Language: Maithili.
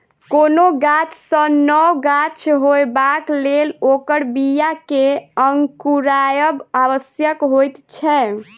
कोनो गाछ सॅ नव गाछ होयबाक लेल ओकर बीया के अंकुरायब आवश्यक होइत छै